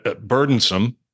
burdensome